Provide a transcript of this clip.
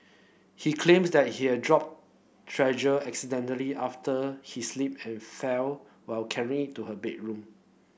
he claimed that he had dropped treasure accidentally after he slipped and fell while carry it to her bedroom